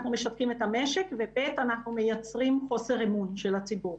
אנחנו משתקים את המשק וב' אנחנו מייצרים חוסר אמון של הציבור.